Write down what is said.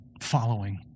following